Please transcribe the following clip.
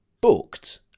booked